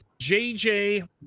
jj